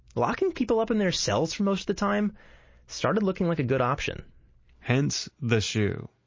locking people up in their cells from most the time started looking like a good option hence the shu,